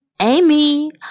Amy